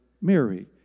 Mary